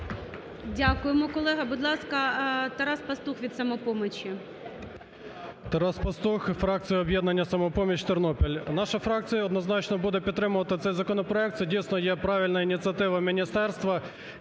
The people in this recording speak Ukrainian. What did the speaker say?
Дякуємо, колего. Будь ласка, Тарас Пастух від "Самопомочі".